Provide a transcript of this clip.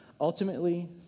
ultimately